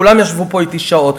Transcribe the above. כולם ישבו פה אתי שעות.